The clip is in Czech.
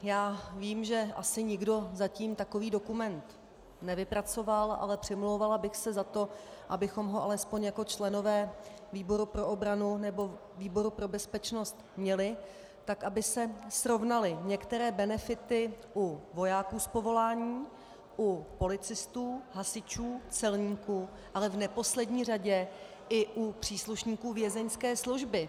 Já vím, že asi nikdo zatím takový dokument nevypracoval, ale přimlouvala bych se za to, abychom ho alespoň jako členové výboru pro obranu nebo výboru pro bezpečnost měli, tak aby se srovnaly některé benefity u vojáků z povolání, u policistů, hasičů, celníků, ale v neposlední řadě i u příslušníků Vězeňské služby.